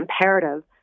imperative